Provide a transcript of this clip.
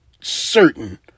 certain